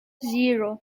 zero